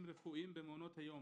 רפואיים במעונות היום